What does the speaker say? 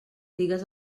digues